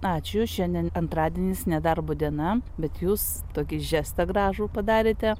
ačiū šiandien antradienis nedarbo diena bet jūs tokį žestą gražų padarėte